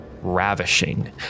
ravishing